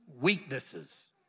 weaknesses